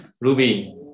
Ruby